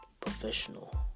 professional